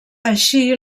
així